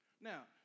Now